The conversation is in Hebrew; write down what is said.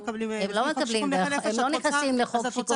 -- הם לא נכנסים לחוק שיקום נכי נפש.